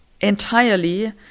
entirely